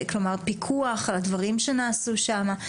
כלומר פיקוח על הדברים שנעשו שם?